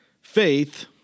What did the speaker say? Faith